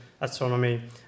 astronomy